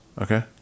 Okay